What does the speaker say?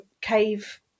cave